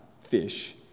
fish